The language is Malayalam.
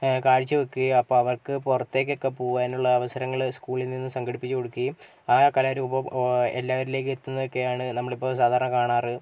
കാഴ്ചവെക്കേം അപ്പോൾ അവർക്ക് പുറത്തേക്കൊക്കെ പൂവാനുള്ള അവസരങ്ങൾ സ്കൂളിൽ നിന്ന് സംഘടിപ്പിച്ച് കൊടുക്കേം ആ കലാരൂപം എല്ലാവരിലേക്കും എത്തുന്നതൊക്കെയാണ് നമ്മളിപ്പോൾ സാധാരണ കാണാറ്